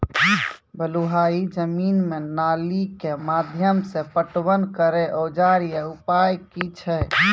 बलूआही जमीन मे नाली के माध्यम से पटवन करै औजार या उपाय की छै?